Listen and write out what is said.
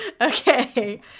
Okay